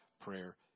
prayer